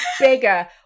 bigger